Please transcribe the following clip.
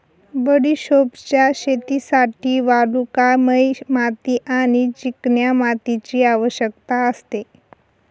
बडिशोपच्या शेतीसाठी वालुकामय माती आणि चिकन्या मातीची आवश्यकता असते